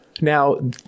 Now